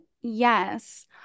yes